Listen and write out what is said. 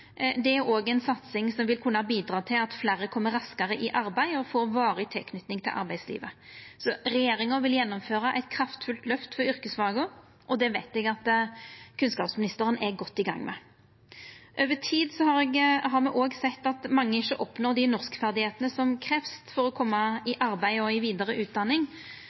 Det er òg ei satsing som vil kunna bidra til at fleire kjem raskare i arbeid og får varig tilknyting til arbeidslivet. Regjeringa vil gjennomføra eit kraftfullt løft for yrkesfaga, og det veit eg at kunnskapsministeren er godt i gang med. Over tid har me òg sett at mange ikkje oppnår dei norskferdigheitene som krevst for å koma i arbeid og i vidare utdanning,